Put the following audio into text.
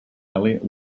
eliot